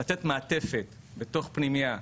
לתת מעטפת בתוך פנימייה,